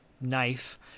knife